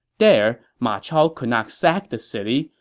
there, ma chao could not sack the city,